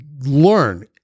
learn